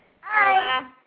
Hi